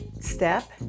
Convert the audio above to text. step